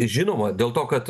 žinoma dėl to kad